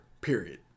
period